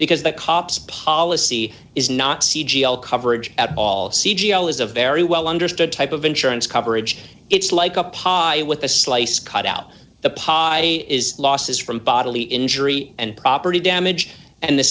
because the cops policy is not c g l coverage at all c g i is a very well understood type of insurance coverage it's like a pio with a slice cut out the pai is losses from bodily injury and property